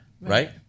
right